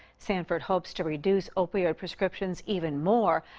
sanford hopes to reduce opioid prescriptions even more.